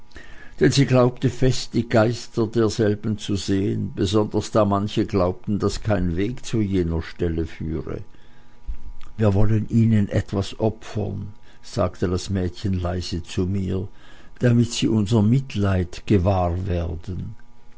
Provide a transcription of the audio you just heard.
denn sie glaubte fest die geister derselben zu sehen besonders da manche glaubten daß kein weg zu jener stelle führe wir wollen ihnen etwas opfern sagte das mädchen leise zu mir damit sie unser mitleid gewahr werden